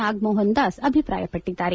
ನಾಗಮೋಹನ ದಾಸ್ ಅಭಿಪ್ರಾಯಪಟ್ಟದ್ದಾರೆ